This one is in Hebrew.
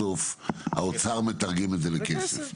בסוף האוצר מתרגם את זה לכסף.